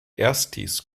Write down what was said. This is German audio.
erstis